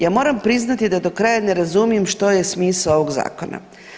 Ja moramo priznati da do kraja ne razumijem što je smisao ovog zakona.